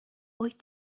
wyt